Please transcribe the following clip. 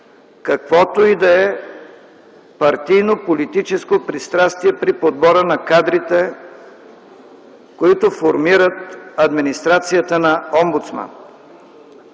каквото и да е партийно политическо пристрастие при подбора на кадрите, които формират администрацията на омбудсмана.